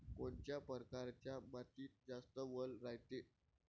कोनच्या परकारच्या मातीत जास्त वल रायते?